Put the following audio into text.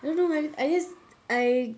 I don't know I I just I